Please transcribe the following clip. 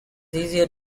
easier